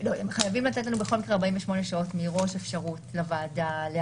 בכל מקרה הם חייבים לתת לנו 48 שעות מראש אפשרות לאשר